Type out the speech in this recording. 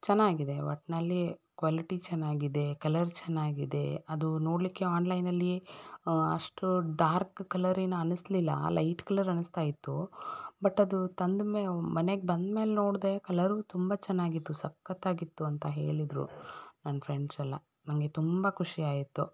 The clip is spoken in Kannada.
ಚೆನ್ನಾಗಿದೆ ಒಟ್ಟಿನಲ್ಲಿ ಕ್ವಾಲಿಟಿ ಚೆನ್ನಾಗಿದೆ ಕಲರ್ ಚೆನ್ನಾಗಿದೆ ಅದು ನೋಡಲಿಕ್ಕೆ ಆನ್ಲೈನಲ್ಲಿ ಅಷ್ಟು ಡಾರ್ಕ್ ಕಲರೇನು ಅನಿಸ್ಲಿಲ್ಲ ಲೈಟ್ ಕಲರ್ ಅನಿಸ್ತಾ ಇತ್ತು ಬಟ್ ಅದು ತಂದ ಮೇ ಮನೆಗೆ ಬಂದ್ಮೇಲೆ ನೋಡಿದೆ ಕಲರು ತುಂಬ ಚೆನ್ನಾಗಿತ್ತು ಸಖತ್ತು ಆಗಿತ್ತು ಅಂತ ಹೇಳಿದರು ನನ್ನ ಫ್ರೆಂಡ್ಸ್ ಎಲ್ಲ ನನಗೆ ತುಂಬ ಖುಷಿ ಆಯಿತು